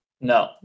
No